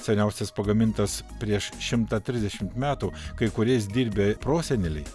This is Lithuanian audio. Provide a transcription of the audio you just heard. seniausias pagamintas prieš šimtą trisdešimt metų kai kuriais dirbę proseneliai